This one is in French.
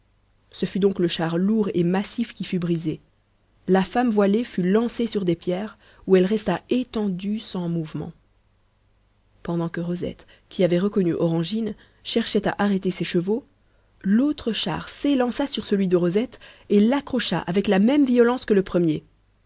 ce fut donc le char lourd et massif qui fut brisé la femme voilée fut lancée sur des pierres où elle resta étendue sans mouvement pendant que rosette qui avait reconnu orangine cherchait à arrêter ses chevaux l'autre char s'élança sur celui de rosette et l'accrocha avec la même violence que le premier